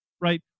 right